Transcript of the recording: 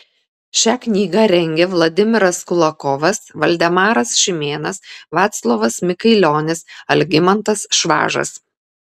šią knygą rengia vladimiras kulakovas valdemaras šimėnas vaclovas mikailionis algimantas švažas